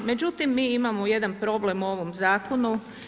Međutim, mi imamo jedan problem u ovom zakonu.